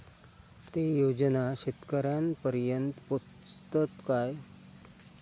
ते योजना शेतकऱ्यानपर्यंत पोचतत काय?